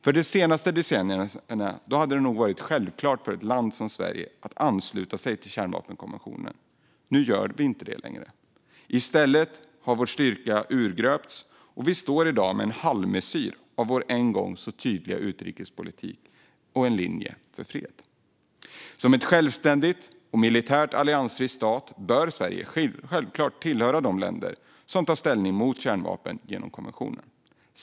För några decennier sedan hade det nog varit självklart för ett land som Sverige att ansluta till kärnvapenkonventionen. Nu är det inte längre det. Vår styrka har urgröpts, och vi står i dag med en halvmesyr av vår en gång så tydliga utrikespolitik och linje för fred. Som en självständig och militärt alliansfri stat bör Sverige självklart vara ett av de länder som tar ställning mot kärnvapen genom konventionen.